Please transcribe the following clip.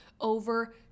over